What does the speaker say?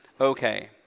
okay